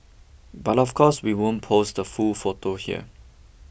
but of course we won't post the full photo here